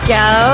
go